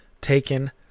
taken